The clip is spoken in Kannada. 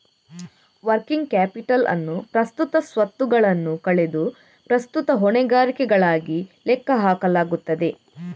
ವರ್ಕಿಂಗ್ ಕ್ಯಾಪಿಟಲ್ ಅನ್ನು ಪ್ರಸ್ತುತ ಸ್ವತ್ತುಗಳನ್ನು ಕಳೆದು ಪ್ರಸ್ತುತ ಹೊಣೆಗಾರಿಕೆಗಳಾಗಿ ಲೆಕ್ಕ ಹಾಕಲಾಗುತ್ತದೆ